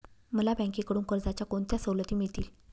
मला बँकेकडून कर्जाच्या कोणत्या सवलती मिळतील?